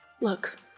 Look